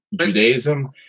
Judaism